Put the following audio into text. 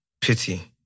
pity